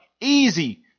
easy